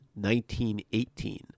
1918